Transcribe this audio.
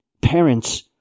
parents